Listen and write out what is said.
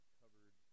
covered